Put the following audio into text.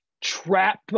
trap